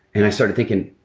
and i started thinking